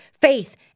faith